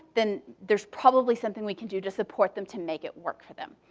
then there's probably something we can do to support them to make it work for them.